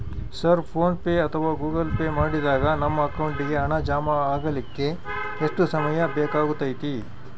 Sir PhonePe ಅಥವಾ Google Pay ಮಾಡಿದಾಗ ನಮ್ಮ ಅಕೌಂಟಿಗೆ ಹಣ ಜಮಾ ಆಗಲಿಕ್ಕೆ ಎಷ್ಟು ಸಮಯ ಬೇಕಾಗತೈತಿ?